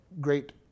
great